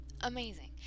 amazing